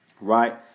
right